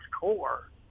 core